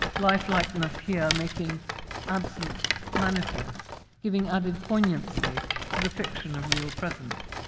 life-likeness here making absence manifest, giving added poignancy to the fiction of real presence.